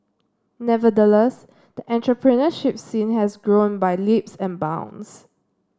nevertheless the entrepreneurship scene has grown by leaps and bounds